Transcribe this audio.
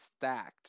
stacked